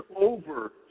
over